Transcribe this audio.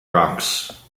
rocks